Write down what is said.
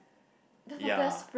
ya